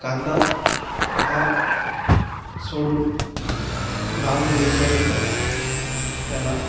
कांदा हा सोडून लाल होईपर्यंत त्याला